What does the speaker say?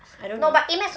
I don't know